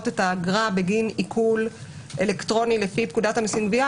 את האגרה בגין עיקול אלקטרוני לפי פקודת המסים (גבייה),